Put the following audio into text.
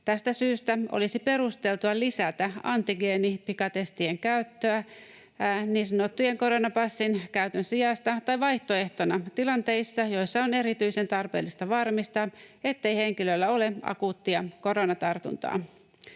Tästä syystä olisi perusteltua lisätä antigeenipikatestien käyttöä niin sanottujen koronapassien käytön sijasta tai vaihtoehtona tilanteissa, joissa on erityisen tarpeellista varmistaa, ettei henkilöllä ole akuuttia koronatartuntaa.